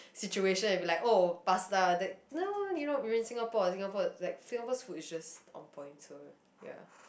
situation you be like oh pasta that no you know you're in Singapore Singapore like Singapore's food is just on point so ya